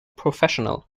professional